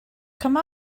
come